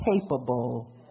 capable